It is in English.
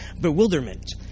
bewilderment